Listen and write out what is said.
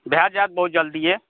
भए जायत बहुत जल्दिए